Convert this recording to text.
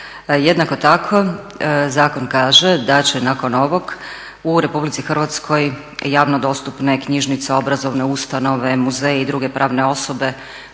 Jednako tako zakon kaže da će nakon ovog u RH javno dostupne knjižnice, obrazovne ustanove, muzeji i druge pravne osobe